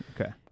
okay